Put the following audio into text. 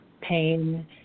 pain